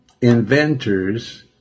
Inventors